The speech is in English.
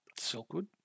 Silkwood